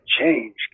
change